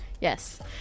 Yes